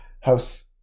House